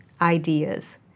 ideas